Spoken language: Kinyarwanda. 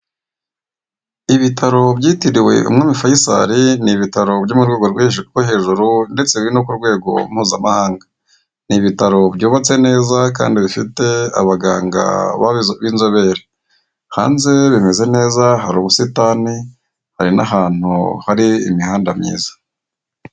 Ibitaro byitiriwe umwami fayisali ni ibitaro byo mu rwego rwohe hejuru, ndetse no ku rwego mpuzamahanga, ni ibitaro byubatse neza kandi bifite abaganga b'inzobere, hanze bimeze neza hari ubusitani hari n'ahantu hari imihanda myiza.